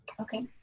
Okay